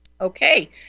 Okay